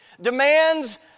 demands